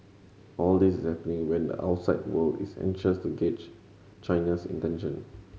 all this is happening when the outside world is anxious to gauge China's intention